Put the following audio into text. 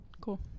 Cool